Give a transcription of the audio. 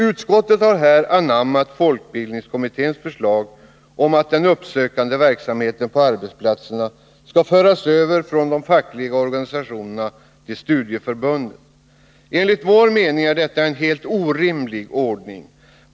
Utskottet har här anammat folkbildningskommitténs förslag om att den uppsökande verksamheten på arbetsplatserna skall föras över från de fackliga organisationerna till studieförbunden. Enligt vår mening är detta en helt orimlig ordning.